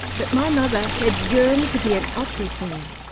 but my mother had yearned to be an opera singer.